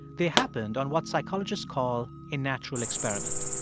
they happened on what psychologists call a natural experiment.